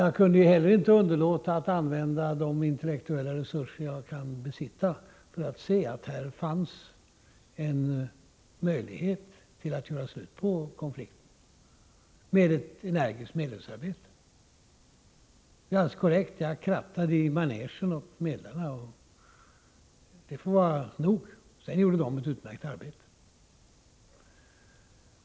Jag kunde heller inte underlåta att använda de intellektuella resurser jag kan besitta för att se att här fanns en möjlighet att tillsammans med ett energiskt medlingsarbete göra slut på konflikten. Det är alldeles korrekt att jag ”krattade i manegen” åt medlarna, och det var nog med det. Sedan gjorde de ett utmärkt arbete.